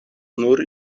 nur